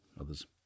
others